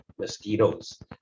mosquitoes